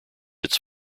its